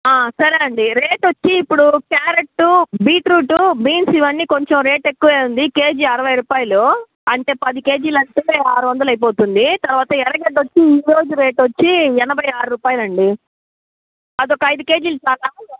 సరే అండి రేటొచ్చి ఇప్పుడు క్యారెట్టు బీట్రూటు బీన్స్ ఇవన్నీ కొంచెం రేట్ ఎక్కువే ఉంది కేజీ అరవై రూపాయలు అంటే పది కేజీలంటే ఆరొందల అయిపోతుంది తరువాత ఎరగడ్డొచ్చి ఈ రోజు రేటొచ్చి ఎనభై ఆరు రూపాయలండి అదొక ఐదు కేజీలు చాలా